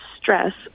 stress